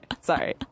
sorry